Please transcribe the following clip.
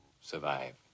Survive